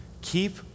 keep